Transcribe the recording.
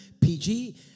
PG